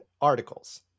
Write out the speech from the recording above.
articles